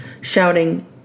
shouting